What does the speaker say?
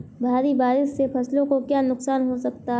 भारी बारिश से फसलों को क्या नुकसान हो सकता है?